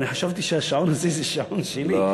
אני חשבתי שהשעון הזה זה שעון שלי.